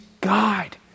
God